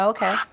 Okay